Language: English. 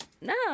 No